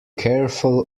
careful